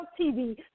TV